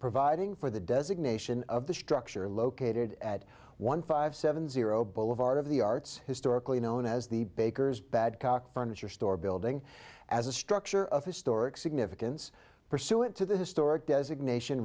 providing for the designation of the structure located at one five seven zero boulevard of the arts historically known as the baker's badcock furniture store building as a structure of historic significance pursuant to the historic designation